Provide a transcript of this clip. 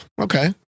okay